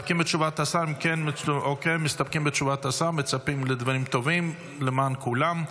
בתשובת השר ומצפים לדברים טובים למען כולם.